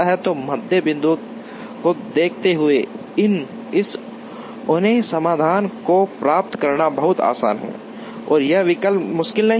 तो मध्य बिंदुओं को देखते हुए इस अन्य समाधान को प्राप्त करना बहुत आसान है और यह बिल्कुल मुश्किल नहीं है